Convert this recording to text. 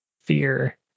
fear